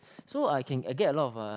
so I can I get a lot of uh